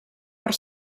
per